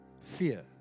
Fear